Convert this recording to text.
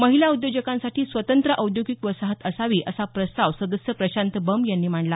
महिला उद्योजकांसाठी स्वतंत्र औद्योगिक वसाहत असावी असा प्रस्ताव सदस्य प्रशांत बंब यांनी मांडला